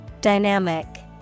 Dynamic